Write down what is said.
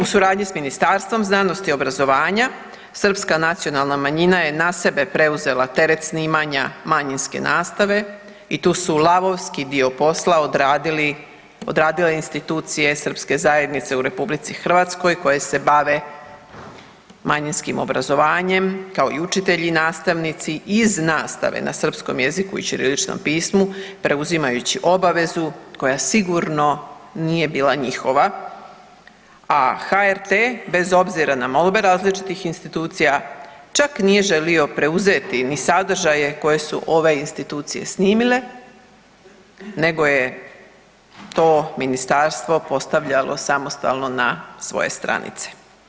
U suradnji sa Ministarstvom znanosti i obrazovanja Srpska nacionalna manjina je na sebe preuzela teret snimanja manjinske nastave i tu su lavovski dio posla odradile institucije srpske zajednice u RH koje se bave manjinskim obrazovanjem kao i učitelji i nastavnici iz nastave na srpskom jeziku i ćiriličnom pismu preuzimajući obavezu koja sigurno nije bila njihova, a HRT bez obzira na molbe različitih institucija čak nije želio preuzeti ni sadržaje koje su ove institucije snimile nego je to ministarstvo postavljalo samostalno na svoje stranice.